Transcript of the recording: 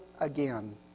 again